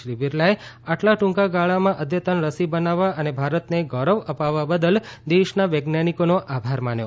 શ્રી બિરલાએ આટલા ટૂંકા ગાળામાં અદ્યતન રસી બનાવવા અને ભારતને ગૌરવ અપાવવા બદલ દેશના વૈજ્ઞાનિકોનો આભાર માન્યો